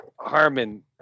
Harmon